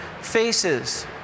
faces